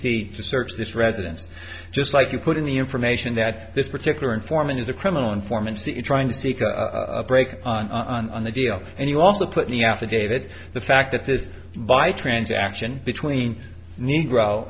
c to search this residence just like you put in the information that this particular informant is a criminal informant the in trying to take a break on on the deal and you also put in the affidavit the fact that this by transaction between negro